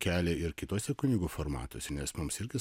kelią ir kituose kunigo formatuose nes mums irgi